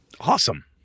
Awesome